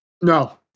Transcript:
No